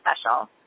special